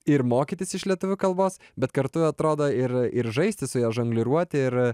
ir mokytis iš lietuvių kalbos bet kartu atrodo ir ir žaisti su ja žongliruoti ir